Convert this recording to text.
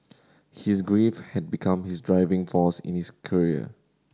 his grief had become his driving force in his career